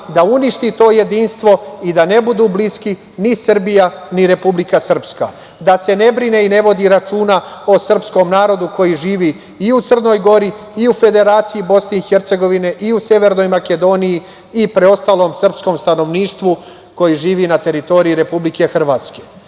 da uništi to jedinstvo i da ne budu bliski, ni Srbija, ni Republika Srpska, da se ne brine i ne vodi računa o srpskom narodu, koji živi i u Crnoj Gori, i u Federaciji BiH, i u Severnoj Makedoniji i preostalom srpskom stanovništvu, koji živi na teritoriji Republike Hrvatske. Dakle,